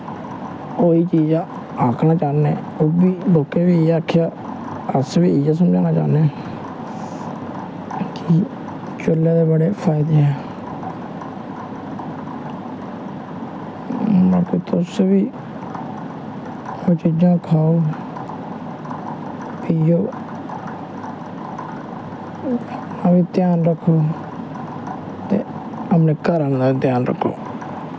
होर चीजां आखना चाह्न्नें लोकें बी इ'यै आखेआ अस बी इ'यै समझाना चाह्न्ने आं कि चूह्ले दे बड़े फायदे ऐं मतलब तुस बी एह् चीजां खाओ पियो और ध्यान रक्खो ते अपने घर आह्लें दा बी ध्यान रक्खो